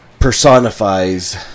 personifies